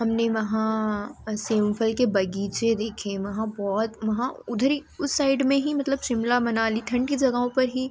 हमने वहाँ सेमफल के बगीचे देखे वहाँ बहुत वहाँ उधर ही उस साइड में ही मतलब शिमला मनाली ठंडी जगहों पर ही